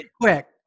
quick